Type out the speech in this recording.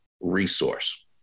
resource